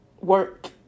work